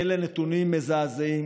אלה נתונים מזעזעים,